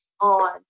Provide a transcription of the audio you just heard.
on